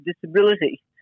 disability